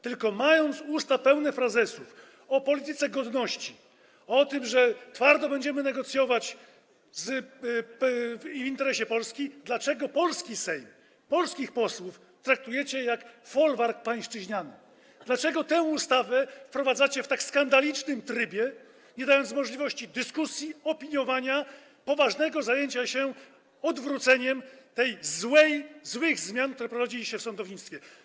Tylko dlaczego mając usta pełne frazesów o polityce godności, o tym, że twardo będziemy negocjować w interesie Polski, polski Sejm, polskich posłów traktujecie jak folwark pańszczyźniany, dlaczego tę ustawę wprowadzacie w tak skandalicznym trybie, nie dając możliwości dyskusji, opiniowania, poważnego zajęcia się odwróceniem tych złych zmian, które wprowadziliście w sądownictwie?